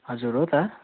हजुर हो त